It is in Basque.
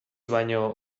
baino